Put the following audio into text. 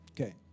Okay